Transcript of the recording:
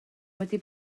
wedi